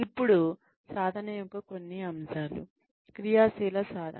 ఇప్పుడు సాధన యొక్క కొన్ని అంశాలు క్రియాశీల సాధన